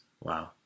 Wow